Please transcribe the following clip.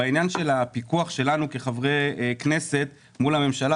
בעניין של הפיקוח שלנו כחברי כנסת מול הממשלה,